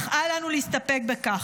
אך אל לנו להסתפק בכך.